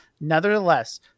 Nevertheless